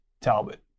Talbot